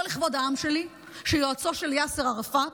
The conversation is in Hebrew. לא לכבוד העם שלי שיועצו של יאסר ערפאת,